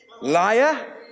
Liar